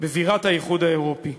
בבירת האיחוד האירופי.